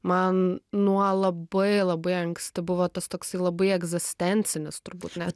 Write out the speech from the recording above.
man nuo labai labai anksti buvo tas toks labai egzistencinis turbūt net